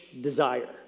desire